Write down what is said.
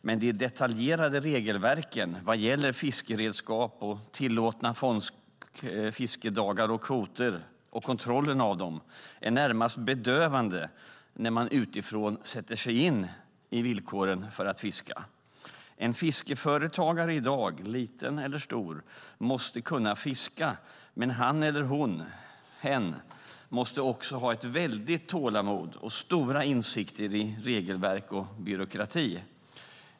Men de detaljerade regelverken vad gäller fiskeredskap och tillåtna fiskedagar och kvoter, och kontrollen av dem, är närmast bedövande när man utifrån sätter sig in i villkoren för att fiska. En fiskeföretagare i dag, liten eller stor, måste kunna fiska. Men han eller hon, hen, måste också ha ett väldigt tålamod och stora insikter i regelverk och byråkrati.